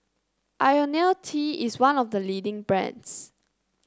IoniL T is one of the leading brands